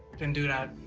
than do that.